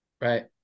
Right